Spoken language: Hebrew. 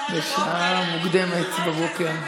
כן, בשעה מוקדמת בבוקר.